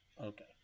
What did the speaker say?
Okay